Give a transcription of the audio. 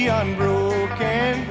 unbroken